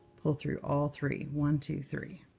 pull through all three. one, two, three.